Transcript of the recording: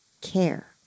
care